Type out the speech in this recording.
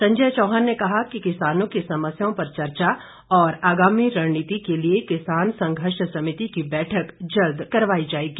संजय चौहान ने कहा कि किसानों की समस्याओं पर चर्चा और आगामी रणनीति के लिए किसान संघर्ष समिति की बैठक जल्द करवाई जाएगी